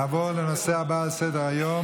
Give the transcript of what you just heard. נעבור לנושא הבא על סדר-היום,